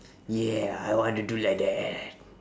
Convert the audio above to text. yeah I want to do like that